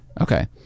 okay